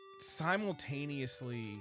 simultaneously